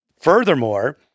furthermore